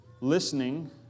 listening